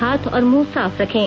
हाथ और मुंह साफ रखें